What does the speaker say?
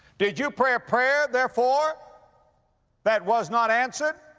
did you pray a prayer therefore that was not answered?